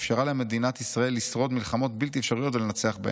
אפשרה למדינת ישראל לשרוד מלחמות בלתי אפשריות ולנצח בהן.